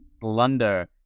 blunder